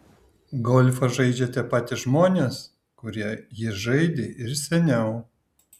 golfą žaidžia tie patys žmonės kurie jį žaidė ir seniau